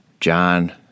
John